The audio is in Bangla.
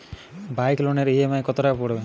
বাইক লোনের ই.এম.আই কত টাকা পড়বে?